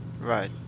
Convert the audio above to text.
Right